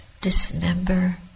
dismember